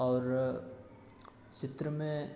आओर चित्रमे